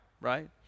right